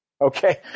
okay